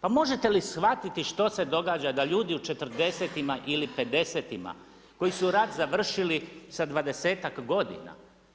Pa možete li shvatiti što se događa da ljudi u četrdesetima ili pedesetima koji su rat završili sa dvadesetak godina,